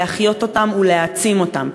להחיות אותם ולהעצים אותם.